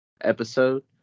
episode